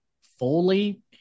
fully